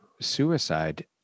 suicide